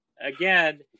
again